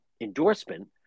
endorsement